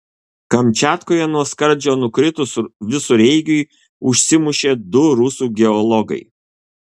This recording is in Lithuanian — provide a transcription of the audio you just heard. kamčiatkoje nuo skardžio nukritus visureigiui užsimušė du rusų geologai